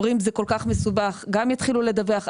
אומרים שזה כל כך מסובך גם יתחילו לדווח,